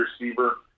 receiver